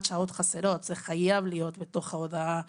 שעות חסרות חייבת להיות בהודעה לעובד.